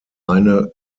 eine